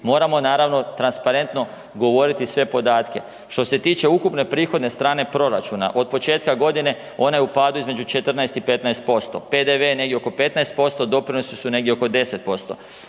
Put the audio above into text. moramo naravno transparentno govoriti sve podatke. Što se tiče ukupne prihodne strane proračuna, od početka godine ona je u padu između 14 i 15%, PDV je negdje oko 15%, doprinosi su negdje oko 10%.